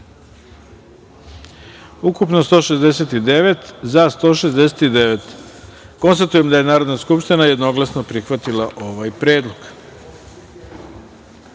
ukupno – 169, za – 169.Konstatujem da je Narodna skupština jednoglasno prihvatila ovaj predlog. Narodni